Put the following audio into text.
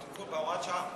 בתיקון, בהוראת שעה.